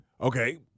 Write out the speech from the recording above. Okay